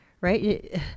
right